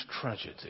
tragedy